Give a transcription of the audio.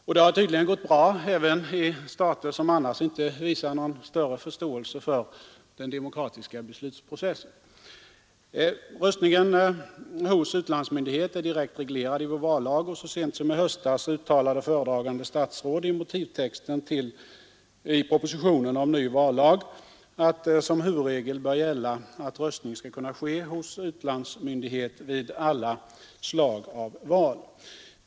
Och det har tydligen gått bra även i stater som annars inte visar någon större förståelse för den demokratiska beslutsprocessen. Röstning hos utlandsmyndighet är direkt reglerad i vår vallag, och så sent som i höstas uttalade föredragande statsråd i motivtexten i propositionen om ny vallag att ”som huvudregel bör gälla att röstning skall kunna ske hos utlandsmyndighet vid alla slag av val”.